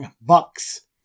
Bucks